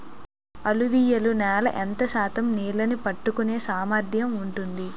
అలువియలు నేల ఎంత శాతం నీళ్ళని పట్టుకొనే సామర్థ్యం ఉంటుంది?